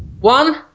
One